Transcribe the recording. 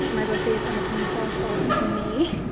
my birthday is on the twenty fourth of may.